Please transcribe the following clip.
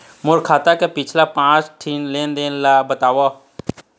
मोर खाता के पिछला पांच ठी लेन देन ला बताव?